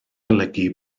golygu